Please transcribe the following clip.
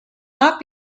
not